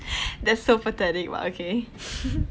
that's so pathetic but okay